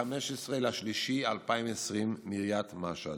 ב-15 במרץ 2020 מעיריית משהד.